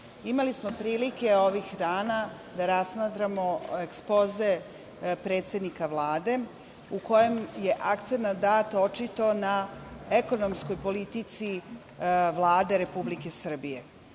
imali smo prilike ovih dana da razmatramo ekspoze predsednika Vlade u kojem je akcenat dat očito na ekonomskoj politici Vlade Republike Srbije.U